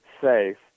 safe